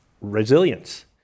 resilience